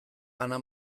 ana